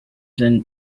been